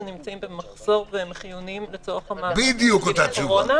שהם נמצאים במחסור והם חיוניים לצורך המאבק בנגיף הקורונה.